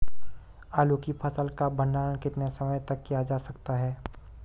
आलू की फसल का भंडारण कितने समय तक किया जा सकता है?